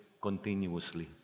continuously